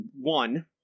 one